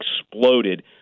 exploded